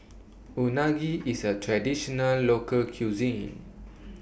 Unagi IS A Traditional Local Cuisine